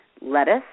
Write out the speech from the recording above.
Lettuce